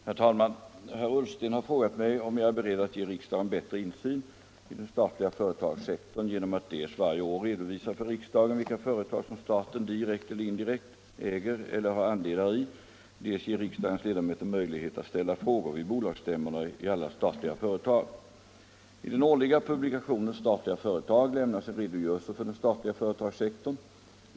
Herr talman! Herr Ullsten har frågat mig om jag är beredd att ge riksdagen bättre insyn i den statliga företagssektorn genom att dels varje år redovisa för riksdagen vilka företag som staten — direkt eller indirekt — äger eller har andelar i, dels ge riksdagens ledamöter möjlighet att ställa frågor vid bolagsstämmorna i alla statliga företag. I den årliga publikationen Statliga företag lämnas en redogörelse för den statliga företagssektorn.